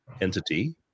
entity